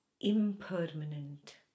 impermanent